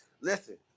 Listen